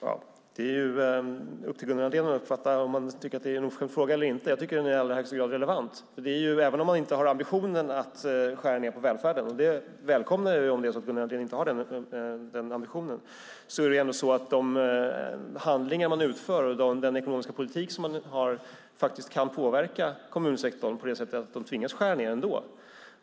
Fru talman! Det är upp till Gunnar Andrén hur han uppfattar det, om han tycker att det är en oförskämd fråga eller inte. Jag tycker att den i allra högsta grad är relevant. Även om man inte har ambitionen att skära ned på välfärden - jag välkomnar om Gunnar Andrén inte har den ambitionen - kan de handlingar som man utför och den ekonomiska politik som man har faktiskt påverka kommunsektorn på det sättet att de tvingas skära ned.